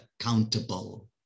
accountable